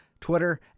Twitter